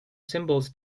symbols